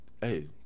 hey